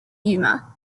humour